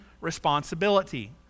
responsibility